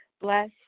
Bless